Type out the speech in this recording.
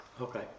Okay